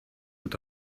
wird